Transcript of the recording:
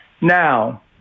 Now